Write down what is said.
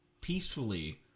peacefully